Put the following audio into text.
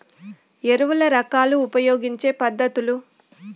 ఎరువుల రకాలు ఉపయోగించే పద్ధతులు?